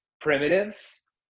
primitives